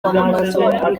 amatora